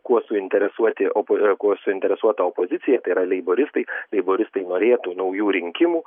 kuo suinteresuoti opo kuo suinteresuota opozicija tai yra leiboristai leiboristai norėtų naujų rinkimų